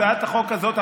הצעת החוק הזאת,